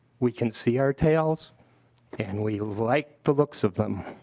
we can see our tails and we like the looks of them.